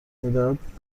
میدهد